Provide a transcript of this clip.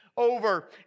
Over